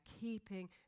keeping